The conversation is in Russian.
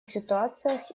ситуациях